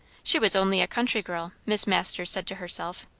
she was only a country girl, miss masters said to herself.